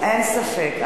אין ספק,